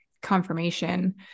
confirmation